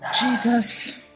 Jesus